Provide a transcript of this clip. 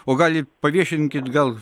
o gal i paviešinkit gal